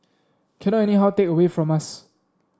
cannot anyhow take away from us